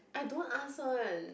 I don't ask one